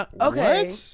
Okay